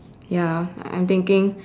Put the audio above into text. ya I'm thinking